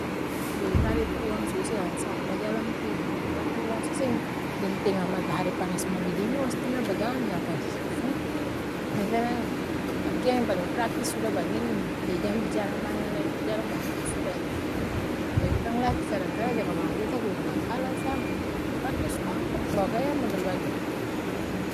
Jadi tadi tu, uang su isi dalang sak, bajalang pi, beta laki bilang se seng, deng tenga matahari panas mandidi ini os tinggal bajalang deng akang s switer i? Beta bilang gini pakeang yang paleng praktis suda bagini ni, jadi jang bicara banya lai, bajalang bagitu suda tu, jadi beta 'ng laki kadang-kadang jaga manganga beta goyang kapala sa, barang dia su tau pung bagaya model bagitu tu.